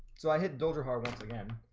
so i hit dolger hard once again